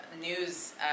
News